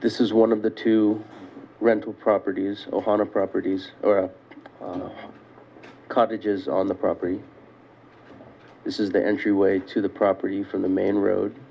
this is one of the two rental properties of one of properties cottages on the property this is the entryway to the property from the main road